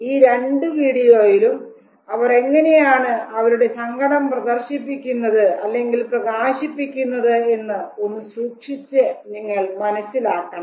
ഈ രണ്ടു വീഡിയോയിലും അവർ എങ്ങനെയാണ് അവരുടെ സങ്കടം പ്രദർശിപ്പിക്കുന്നത് അല്ലെങ്കിൽ പ്രകാശിക്കുന്നത് എന്ന് ഒന്ന് സൂക്ഷിച്ചു മനസ്സിലാക്കണം